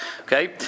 okay